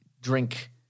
drink